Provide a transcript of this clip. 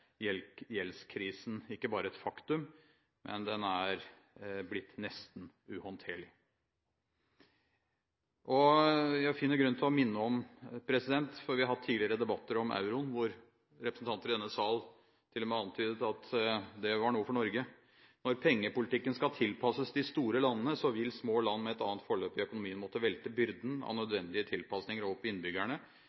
gjeldskrisen ikke bare et faktum, men er blitt nesten uhåndterlig. Jeg finner grunn til å minne om – for vi har hatt tidligere debatter om euroen, hvor representanter i denne sal til og med antydet at det var noe for Norge – at når pengepolitikken skal tilpasses de store landene, vil små land med et annet forløp i økonomien måtte velte byrden av